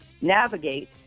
navigate